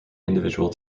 individual